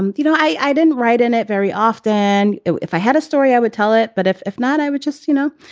and you know, i didn't write in it very often. and if i had a story, i would tell it. but if if not, i would just, you know,